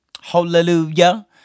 Hallelujah